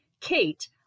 Kate